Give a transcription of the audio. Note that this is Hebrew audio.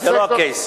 זה לא ה-case.